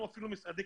כל הנושא הזה,